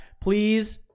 please